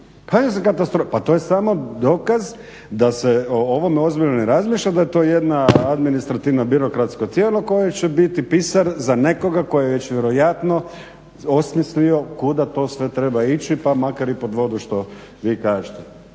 Pa mislim katastrofa! Pa to je samo dokaz da se o ovome ozbiljno ne razmišlja, da je to jedno administrativno birokratsko tijelo koje će biti pisar za nekoga tko je već vjerojatno osmislio kuda to sve treba ići pa makar i pod vodu što vi kažete.